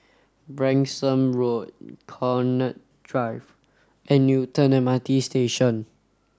Branksome Road Connaught Drive and Newton M R T Station